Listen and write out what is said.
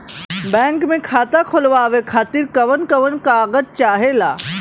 Bank मे खाता खोलवावे खातिर कवन कवन कागज चाहेला?